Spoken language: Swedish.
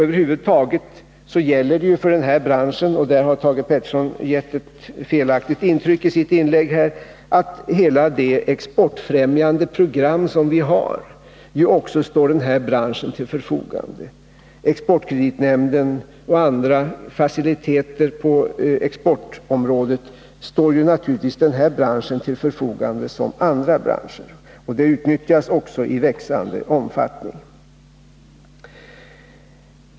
Över huvud taget är det så — där har Thage Peterson gett ett felaktigt intryck i sitt inlägg — att hela det exportfrämjande program som vi har naturligtvis står till förfogande också för den här branschen, liksom för andra branscher. Det gäller exportkreditnämnden och andra faciliteter på exportområdet. Dessa möjligheter utnyttjas också i växande omfattning.